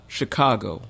Chicago